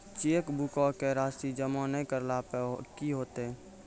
चेकबुको के राशि जमा नै करला पे कि होतै?